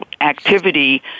activity